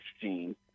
gene